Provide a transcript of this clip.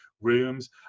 rooms